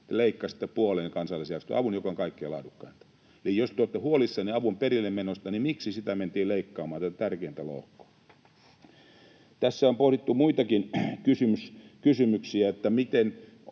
leikkasitte puoleen kansallisjärjestöjen avun, joka on kaikkein laadukkainta. Eli jos te olette huolissanne avun perillemenosta, niin miksi mentiin leikkaamaan tätä tärkeintä lohkoa? Tässä on pohdittu muitakin kysymyksiä, kuten